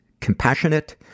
compassionate